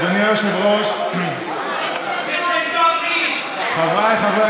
אדוני היושב-ראש, חבריי חברי